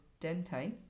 dentine